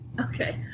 okay